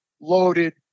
loaded